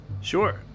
sure